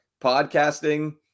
podcasting